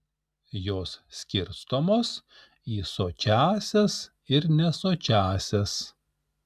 jos skirstomos į sočiąsias ir nesočiąsias